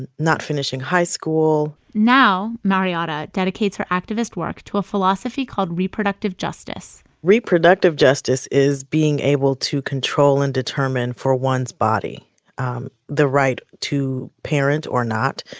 and not finishing high school now mariotta dedicates her activist work to a philosophy called reproductive justice reproductive justice is being able to control and determine for one's body the right to parent or not,